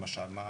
למשל.